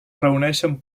reuneixen